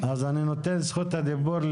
עכשיו אני אתן את זכות הדיבור.